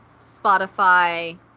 Spotify